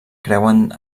creuen